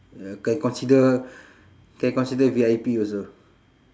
ya can consider can consider V_I_P also